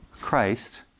christ